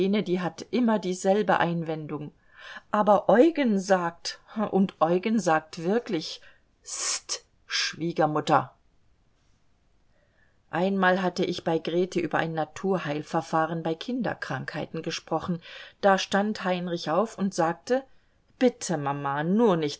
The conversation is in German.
die hat immer dieselbe einwendung aber eugen sagt und eugen sagt wirklich st schwiegermutter einmal hatte ich bei grete über ein naturheilverfahren bei kinderkrankheiten gesprochen da stand heinrich auf und sagte bitte mama nur nichts